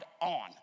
on